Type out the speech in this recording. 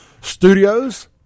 studios